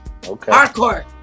Hardcore